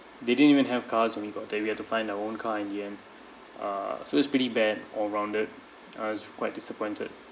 they didn't even have cars when we got there we have to find our own car in the end uh so it's pretty bad all rounded I was quite disappointed